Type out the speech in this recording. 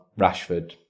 Rashford